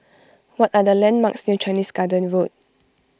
what are the landmarks near Chinese Garden Road